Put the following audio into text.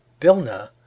bilna